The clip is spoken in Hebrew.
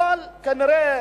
אבל כנראה